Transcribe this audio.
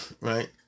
Right